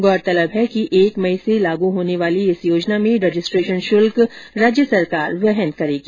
गौरतलब है कि एक मई से लागू होने वाली इस योजना में रजिस्ट्रेशन शुल्क राज्य सरकार वहन करेगी